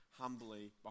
humbly